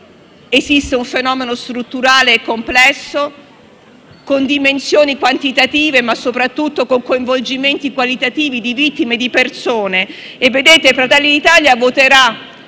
esiste un fenomeno strutturale e complesso, con dimensioni quantitative, ma soprattutto con coinvolgimenti qualitativi di vittime e persone. Il Gruppo Fratelli d'Italia voterà